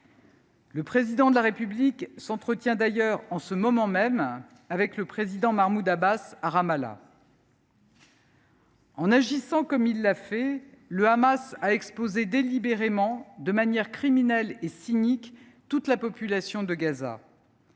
Le Président de la République s’entretient d’ailleurs, en ce moment même, avec le président Mahmoud Abbas à Ramallah. En agissant comme il l’a fait, le Hamas a exposé délibérément, de manière criminelle et cynique, toute la population de Gaza.